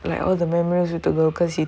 like all the murmurs you to go because he